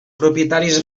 propietaris